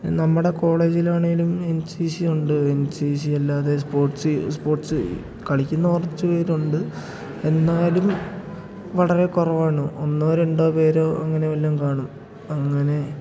നമ്മുടെ കോളേജിലാണെങ്കിലും N C C ഉണ്ട് എൻ സി സി അല്ലാതെ സ്പോർട്സ് സ്പോർട്സ് കളിക്കുന്ന കുറച്ചുപേരുണ്ട് എന്നാലും വളരെ കുറവാണ് ഒന്നോ രണ്ടോ പേരോ അങ്ങനെ വല്ലതും കാണും അങ്ങനെ